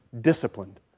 disciplined